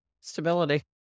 Stability